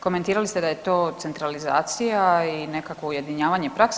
Komentirali ste da je to centralizacija i nekakvo ujedinjavanje prakse.